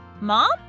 Mom